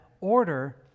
order